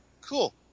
Cool